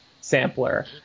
sampler